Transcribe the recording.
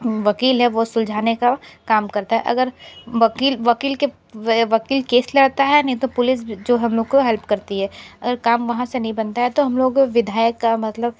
वकील है वो सुलझाने का काम करता है अगर वकील वकील के वकील केस लड़ता है नहीं तो पुलिस भी जो हम लोग को हेल्प करती है अगर काम वहाँ से नहीं बनता है तो हम लोग को विधायक का मतलब